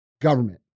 government